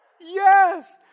Yes